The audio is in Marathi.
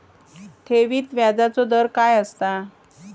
ठेवीत व्याजचो दर काय असता?